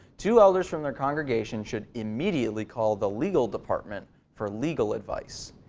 two elders from their congregation should immediately called the legal department for legal advice.